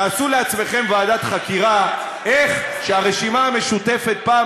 תעשו לעצמכם ועדת חקירה איך הרשימה המשותפת פעם